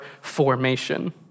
formation